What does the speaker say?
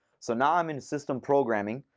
so now i'm in system programming,